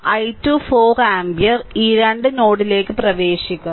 i2 4 ampere ഈ 2 നോഡിലേക്ക് പ്രവേശിക്കുന്നു